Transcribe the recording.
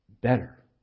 better